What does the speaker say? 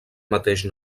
mateix